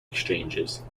exchanges